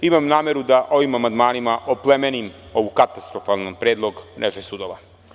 Imam nameru da ovim amandmanima oplemenim ovu katastrofalni predlog mreže sudova.